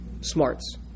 smarts